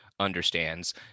understands